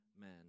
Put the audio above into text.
man